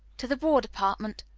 to the war department,